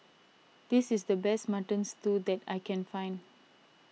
this is the best Mutton Stew that I can find